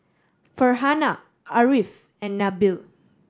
Farhanah Ariff and Nabil